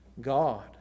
God